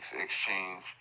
exchange